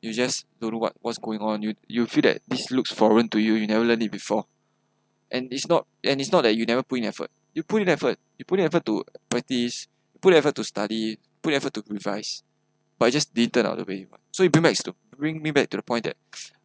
you just don't know what was going on you you feel that this look foreign to you you never learn before and it's not and it's not that you never put in effort you put in effort you put in effort to practice put effort to study put effort to revise but it just didn't turn out the way that you want so it brings back bring me back to the point that